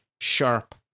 sharp